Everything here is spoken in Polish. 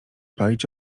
palić